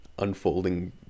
Unfolding